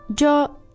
Yo